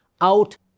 out